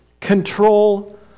control